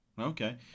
Okay